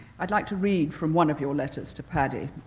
i'd like to read from one of your letters to paddy,